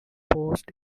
post